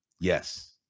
yes